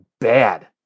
bad